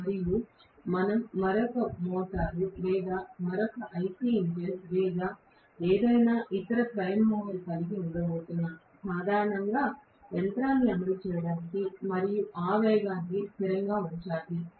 మరియు మనం మరొక మోటారు లేదా మరొక ఐసి ఇంజిన్ లేదా ఏదైనా ఇతర ప్రైమ్ మూవర్ కలిగి ఉండబోతున్నాం ప్రాథమికంగా యంత్రాన్ని అమలు చేయడానికి మరియు ఆ వేగాన్ని స్థిరంగా ఉంచాలి